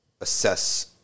assess